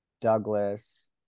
Douglas